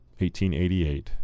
1888